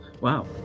Wow